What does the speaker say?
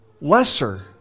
lesser